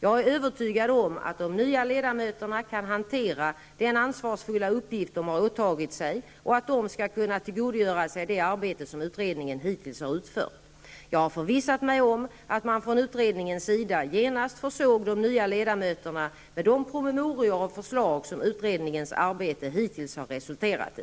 Jag är övertygad om att de nya ledamöterna kan hantera den ansvarsfulla uppgift de har åtagit sig och att de skall kunna tillgodogöra sig det arbete som utredningen hittills har utfört. Jag har förvissat mig om att man från utredningens sida genast försåg de nya ledamöterna med de promemorior och förslag som utredningens arbete hittills har resulterat i.